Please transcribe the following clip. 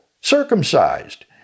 circumcised